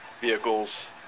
vehicles